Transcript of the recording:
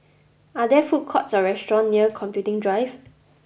are there food courts or restaurant near Computing Drive